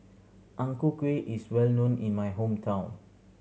Ang Ku Kueh is well known in my hometown